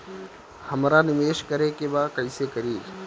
हमरा निवेश करे के बा कईसे करी?